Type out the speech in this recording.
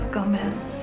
Gomez